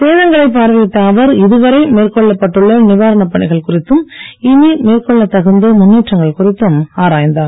சேதங்களைப் பார்வையிட்ட அவர் இதுவரை மேற்கொள்ளப்பட்டுள்ள நிவாரணப் பணிகள் குறித்தும் இனி மேற்கொள்ளத் தகுந்த முன்னேற்றங்கள் குறித்தும் ஆராய்ந்தார்